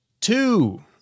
Two